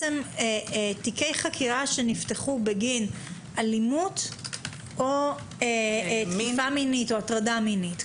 תיקי חקירה שנפתחו בגין אלימות או תקיפה מינית או הטרדה מינית,